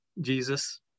Jesus